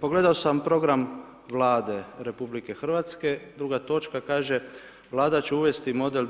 Pogledao sam program Vlade RH, 2. točka kaže: Vlada će uvesti model